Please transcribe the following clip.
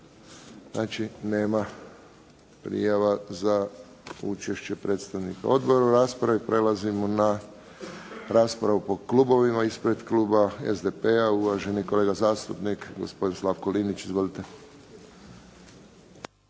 Znači, nema prijava za učešće predstavnika odbora u raspravi. Prelazimo na raspravu po klubovima. Ispred kluba SDP-a uvaženi kolega zastupnik gospodin Slavko Linić. Izvolite.